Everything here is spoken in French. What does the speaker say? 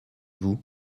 vous